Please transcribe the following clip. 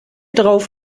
drauf